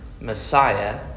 Messiah